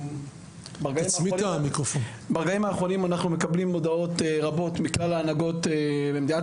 ברגעים האחרונים אנחנו מקבלים הודעות רבות מכלל ההנהגות במדינת